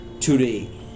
today